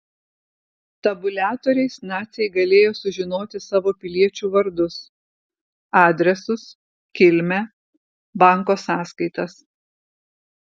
tabuliatoriais naciai galėjo sužinoti savo piliečių vardus adresus kilmę banko sąskaitas